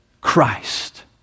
Christ